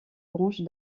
branche